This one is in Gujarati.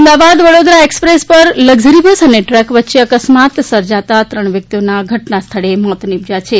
અમદાવાદ વડોદરા એક્સપ્રેસ ઉપર લક્ઝરી બસ અને ટ્રક વચ્ચે અકસ્માત સર્જાતા ત્રણ વ્યકિતઓના ઘટનાસ્થળે મોત નિપજ્યા છે